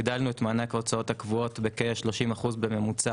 הגדלנו את מענק ההוצאות הקבועות בכ-30% בממוצע